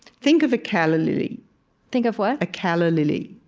think of a calla lily think of what? a calla lily.